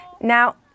now